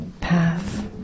path